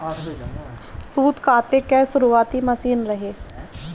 सूत काते कअ शुरुआती मशीन रहे